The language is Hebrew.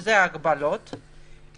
ואלו ההגבלות,